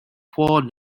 for